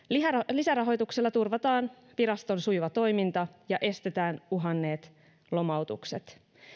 lisärahoituksella turvataan viraston sujuva toiminta ja estetään uhanneet lomautukset